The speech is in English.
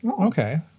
okay